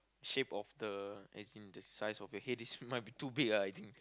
shape of the as in the size of your head is might be too big ah I think